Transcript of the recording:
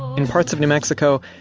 in parts of new mexico,